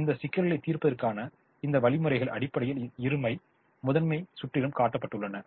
இந்த சிக்கல்களைத் தீர்ப்பதற்கான இந்த வழிமுறைகள் அடிப்படையில் இருமை முதன்மைச் சுற்றிலும் கட்டப்பட்டுள்ளன